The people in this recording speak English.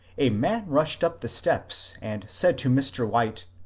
a man rushed up the steps and said to mr. white,